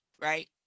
right